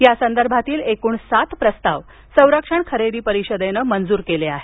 या संदर्भातील एकूण सात प्रस्ताव संरक्षण खरेदी परिषदेनं मंजूर केले आहेत